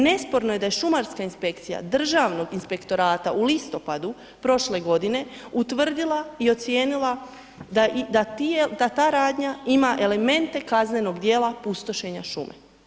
Nesporno je da je Šumarska inspekcija Državnog inspektorata u listopadu prošle godine utvrdila i ocijenila da ta radnja ima elemente kaznenog djela pustošenja šume.